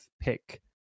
pick